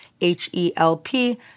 H-E-L-P